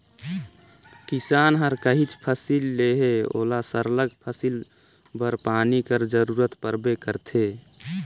किसान हर काहींच फसिल लेहे ओला सरलग फसिल बर पानी कर जरूरत परबे करथे